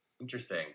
Interesting